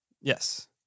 Yes